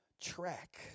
track